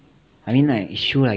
I mean like it's true lah